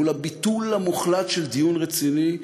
מול הביטול המוחלט של דיון רציני,